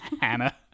hannah